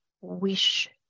wish